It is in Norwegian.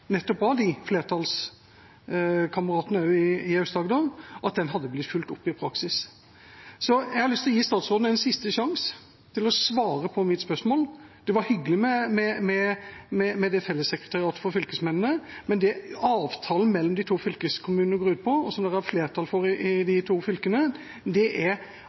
nettopp av de flertallskameratene i Aust-Agder, hadde blitt fulgt opp i praksis. Så jeg har lyst til å gi statsråden en siste sjanse til å svare på mitt spørsmål. Det var hyggelig med det fellessekretariatet for fylkesmennene, men det avtalen mellom de to fylkeskommunene går ut på, og som det er flertall for i de to fylkene, er statlige arbeidsplasser til Arendal utover Fylkesmannen som skal betjene de nye fylkene. Vil statsråden sørge for det,